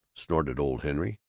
snorted old henry.